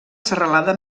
serralada